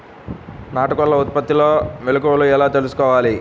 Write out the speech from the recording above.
నాటుకోళ్ల ఉత్పత్తిలో మెలుకువలు ఎలా తెలుసుకోవాలి?